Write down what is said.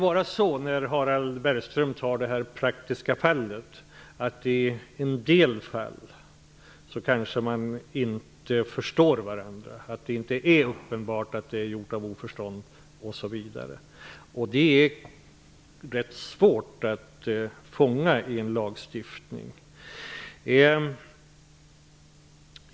Harald Bergström talar om hur det kan bli i praktiken. I en del fall kanske man inte förstår varandra. Det är kanske inte uppenbart att brottet har begåtts i oförstånd osv. Detta är rätt svårt att fånga i en lagstiftning.